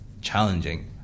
challenging